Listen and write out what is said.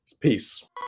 peace